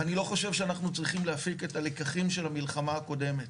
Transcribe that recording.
ואני לא חושב שאנחנו צריכים להפיק את הלקחים של המלחמה הקודמת.